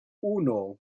uno